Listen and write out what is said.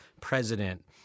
president